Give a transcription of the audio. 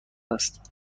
است